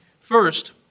First